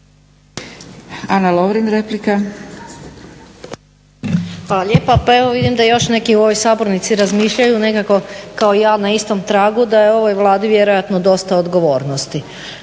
Ana (HDZ)** Hvala lijepa. Pa evo vidim da još neki u ovoj sabornici razmišljaju nekako kao i ja, na istom tragu. Da je ovoj Vladi vjerojatno isto dosta odgovornosti.